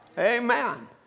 amen